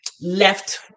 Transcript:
left